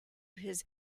his